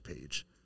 page